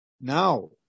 Now